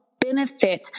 benefit